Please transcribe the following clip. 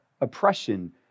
oppression